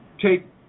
take